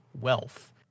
wealth